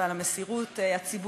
ועל המסירות הציבורית,